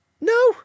No